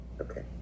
okay